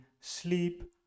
sleep